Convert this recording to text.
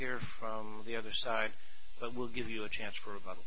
hear from the other side but we'll give you a chance for about